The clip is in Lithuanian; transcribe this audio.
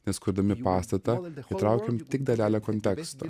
nes kurdami pastatą įtraukiam tik dalelę konteksto